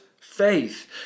faith